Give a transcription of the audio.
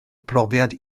brofiad